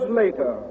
later